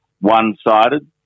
one-sided